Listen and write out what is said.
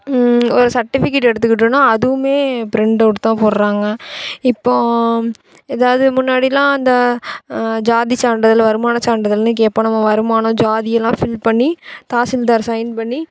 ஒரு சர்டிவிகேட் எடுத்துக்கிட்டோம்னா அதுவும் ப்ரிண்டவுட் தான் போடுறாங்க இப்போ எதாவது முன்னாடிலாம் அந்த ஜாதி சான்றிதழ் வருமான சான்றிதழ்ன்னு கேட்போம் நம்ம வருமானம் ஜாதி எல்லா ஃபில் பண்ணி தாசில்தார் சைன் பண்ணி